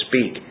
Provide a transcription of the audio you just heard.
speak